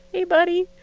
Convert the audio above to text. hey, buddy